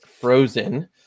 Frozen